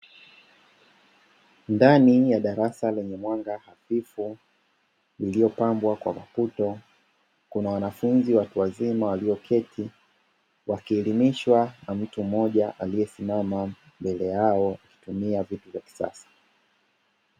Ndani ya darasa lenye mwanga hafifu, lililopambwa kwa maputo, kuna wanafunzi watu wazima walioketi wakielimishwa na mtu mmoja aliyesimama mbele yao kwa kutumia vitu vya kisasa.